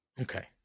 Okay